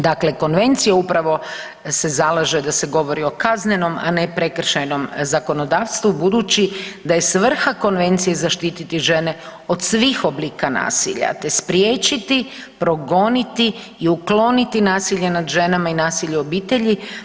Dakle, konvencija upravo se zalaže da se govori o kaznenom, a ne prekršajnom zakonodavstvu budući da je svrha konvencije zaštititi žene o svih oblika nasilja te spriječiti progoniti i ukloniti nasilje nad ženama i nasilje u obitelji.